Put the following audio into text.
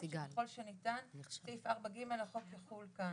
שככל שניתן סעיף 4ג לחוק יחול כאן.